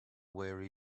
where